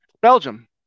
Belgium